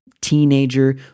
teenager